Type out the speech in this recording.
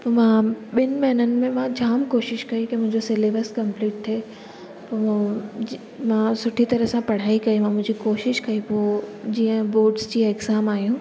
पोइ मां ॿिनि महीननि में मां जाम कोशिशि कई की मुंहिंजो सिलेबस कम्पलीट थिए पोइ जीअं मां सुठी तरह सां पढ़ाई कई मां मुंहिंजी कोशिशि कई पोइ जीअं बॉड्स जी एक्ज़ाम आयूं